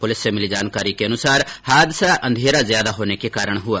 police से मिली जानकारी के अनुसार हादसा अंधेरा ज्यादा होने के कारण हुआ